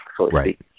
Right